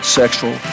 sexual